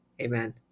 Amen